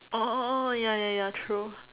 orh ya ya ya true